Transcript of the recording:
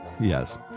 Yes